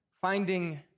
finding